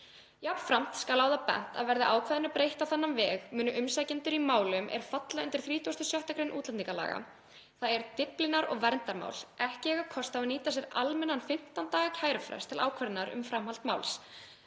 Jafnframt skal á það bent að verði ákvæðinu breytt á þennan veg munu umsækjendur í málum er falla undir 36. gr. útlendingalaga, þ.e. Dyflinnar- og verndarmál, ekki eiga kost á að nýta sér almennan 15 daga kærufrest til ákvörðunar um framhald máls,